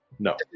No